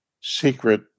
secret